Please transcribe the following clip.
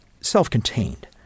self-contained